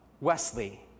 Wesley